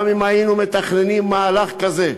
גם אם היינו מתכננים מהלך כזה,